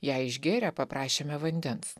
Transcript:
ją išgėrę paprašėme vandens